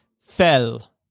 fell